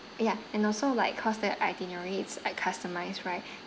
ya and also like cause the itinerary is like customised right